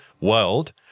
world